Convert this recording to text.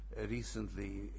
recently